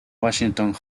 washington